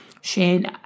Shane